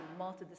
multidisciplinary